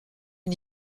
une